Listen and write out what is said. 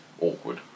awkward